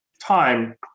time